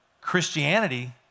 Christianity